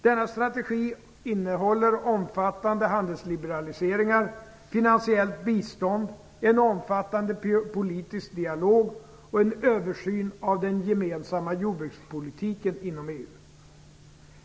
Denna strategi innehåller omfattande handelsliberaliseringar, finansiellt bistånd, en omfattande politisk dialog och en översyn av den gemensamma jordbrukspolitiken inom EU.